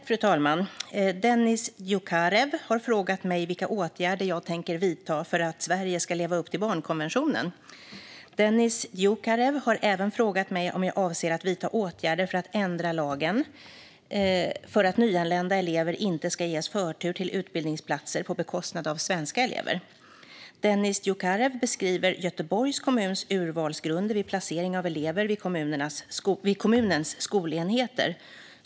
Fru talman! Dennis Dioukarev har frågat mig vilka åtgärder jag tänker vidta för att Sverige ska leva upp till barnkonventionen. Dennis Dioukarev har även frågat mig om jag avser att vidta åtgärder för att ändra lagen för att nyanlända elever inte ska ges förtur till utbildningsplatser på bekostnad av svenska elever. Dennis Dioukarev beskriver Göteborgs kommuns urvalsgrunder vid placering av elever vid kommunens skolenheter.